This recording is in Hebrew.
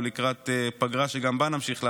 ולקראת פגרה שגם בה נמשיך לעבוד,